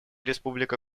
республика